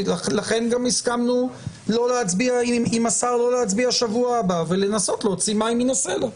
לכן גם הסכמנו עם השר לא להצביע בשבוע הבא ולנסות להוציא מים מן הסלע.